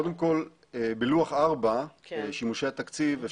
קודם כל בלוח ארבע, שימושי התקציב.